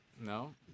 No